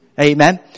Amen